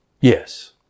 Yes